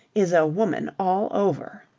is a woman all over!